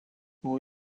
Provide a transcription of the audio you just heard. nuo